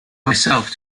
myself